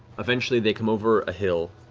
eventually they come over a hill,